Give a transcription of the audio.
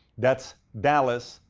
that's dallas,